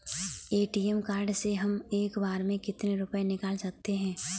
ATM card से हम एक बार में कितने रुपये निकाल सकते हैं?